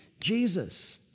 Jesus